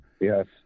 yes